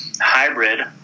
hybrid